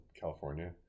California